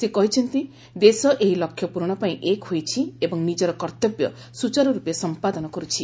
ସେ କହିଛନ୍ତି ଦେଶ ଏହି ଲକ୍ଷ୍ୟ ପୂରଣ ପାଇଁ ଏକ ହୋଇଛି ଏବଂ ନିଜର କର୍ଉବ୍ୟ ସୁଚାରୁର୍ପେ ସମ୍ମାଦନ କରୁଛି